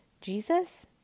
Jesus